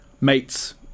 mates